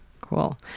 cool